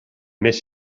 mes